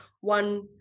One